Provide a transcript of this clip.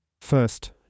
First